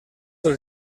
els